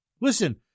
Listen